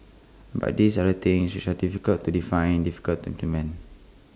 but these are everything which are difficult to define difficult to implement